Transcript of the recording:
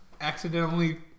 accidentally